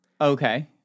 Okay